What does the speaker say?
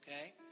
okay